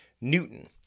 Newton